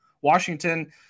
Washington